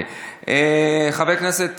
חבר הכנסת